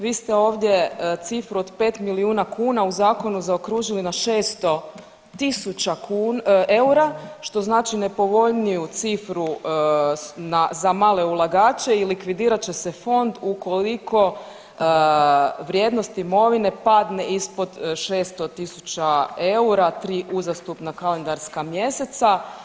Vi ste ovdje cifru od pet milijuna kuna u zakonu zaokružili na šesto tisuća eura što znači nepovoljniju cifru za male ulagače i likvidirat će se fond ukoliko vrijednost imovine padne ispod 600 000 eura tri uzastopna kalendarska mjeseca.